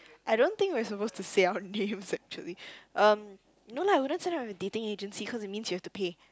I don't think we're supposed to say our names actually um no lah wouldn't sign up with dating agency cause that means you have to pay